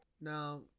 Now